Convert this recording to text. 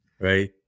right